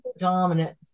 dominant